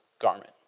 garment